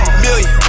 million